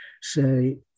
say